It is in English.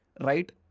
right